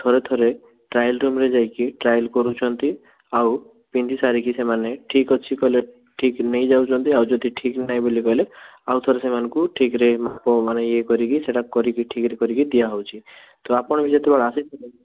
ଥରେ ଥରେ ଟ୍ରାଏଲ୍ ରୁମ୍ରେ ଯାଇକି ଟ୍ରାଏଲ୍ କରୁଛନ୍ତି ଆଉ ପିନ୍ଧି ସାରିକି ସେମାନେ ଠିକ୍ ଅଛି କହିଲେ ଠିକ୍ ନେଇ ଯାଉଛନ୍ତି ଆଉ ଯଦି ଠିକ୍ ନାହିଁ ବୋଲି କହିଲେ ଆଉ ଥରେ ସେମାନଙ୍କୁ ଠିକ୍ରେ ଓ ମାନେ ଇଏ କରିକି ସେଇଟା କରିକି ଠିକ୍ରେ କରିକି ଦିଆହେଉଛି ତ ଆପଣ ଯେତେବେଳେ ଆସିଥିଲେ